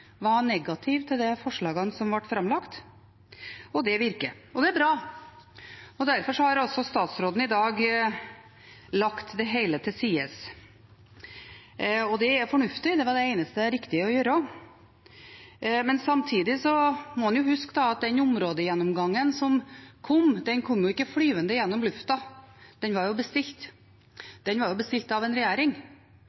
var negative til de forslagene som ble framlagt – og det virker. Det er bra. Derfor har altså statsråden i dag lagt det hele til side. Det er fornuftig. Det var det eneste riktige å gjøre. Samtidig må en huske at den områdegjennomgangen som kom, kom ikke flyvende gjennom lufta. Den var bestilt, den var bestilt